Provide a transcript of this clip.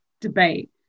debate